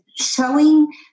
showing